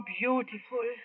beautiful